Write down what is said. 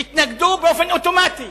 התנגדו באופן אוטומטי